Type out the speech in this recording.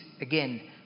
again